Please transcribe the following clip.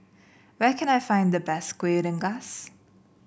where can I find the best Kuih Rengas